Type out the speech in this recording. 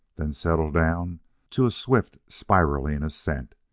then settle down to a swift, spiralling ascent.